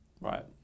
Right